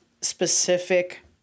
specific